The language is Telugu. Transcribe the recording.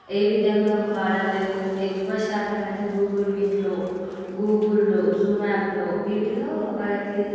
ఏ విధంగా వాడాలి ఎక్కువ శాతం అయితే గూగుల్ మీట్లో గూగుల్లో జూమ్ యాప్లో వీటిలో వాళ్ళకి